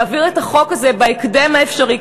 להעביר את החוק הזה בהקדם האפשרי.